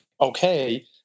okay